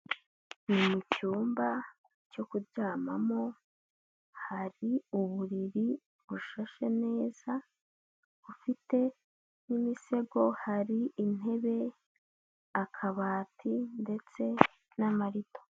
Ni mu cyumba cyo kuryamamo hari uburiri bushashe neza, bufite n'imisego, hari intebe, akabati ndetse n'amarido.